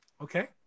okay